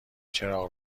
چراغ